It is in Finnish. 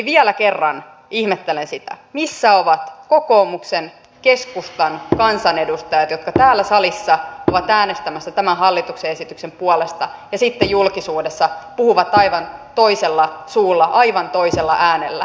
vielä kerran ihmettelen sitä missä ovat kokoomuksen keskustan kansanedustajat jotka täällä salissa ovat äänestämässä tämän hallituksen esityksen puolesta ja sitten julkisuudessa puhuvat aivan toisella suulla aivan toisella äänellä